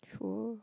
sure